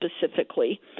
specifically